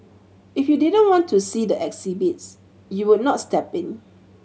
if you didn't want to see the exhibits you would not step in